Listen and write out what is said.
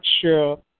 sure